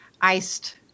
iced